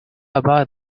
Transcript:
about